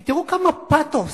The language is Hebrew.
כי תראו כמה פתוס,